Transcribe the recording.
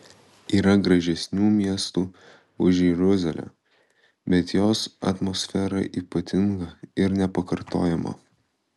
yra gražesnių miestų už jeruzalę bet jos atmosfera ypatinga ir nepakartojama